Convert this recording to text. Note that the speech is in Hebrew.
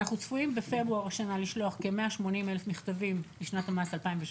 אנחנו צפויים בפברואר השנה לשלוח כ-180,000 מכתבים לשנת המס 2017,